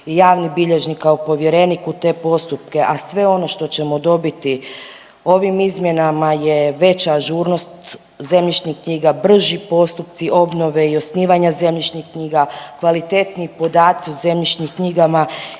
i javni bilježnik kao povjerenik u te postupke, a sve ono što ćemo dobiti ovim izmjenama je veća ažurnost zemljišnih knjiga, brži postupci obnove i osnivanja zemljišnih knjiga, kvalitetniji podaci o zemljišnim knjigama